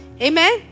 Amen